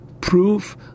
Proof